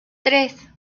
tres